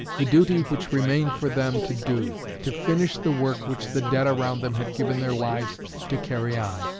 the duty which remained for them to do to finish the work which the dead around them had given their lives to carry on.